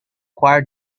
choir